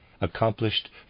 accomplished